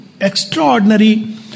extraordinary